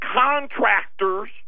contractors